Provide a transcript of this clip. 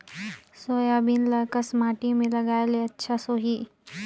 Soybean ल कस माटी मे लगाय ले अच्छा सोही?